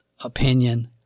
opinion